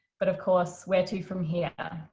but of course where to from here?